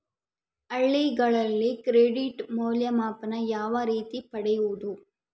ಹಳ್ಳಿಗಳಲ್ಲಿ ಕ್ರೆಡಿಟ್ ಮೌಲ್ಯಮಾಪನ ಯಾವ ರೇತಿ ಪಡೆಯುವುದು?